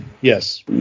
Yes